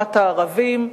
בהסכמת הערבים,